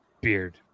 Beard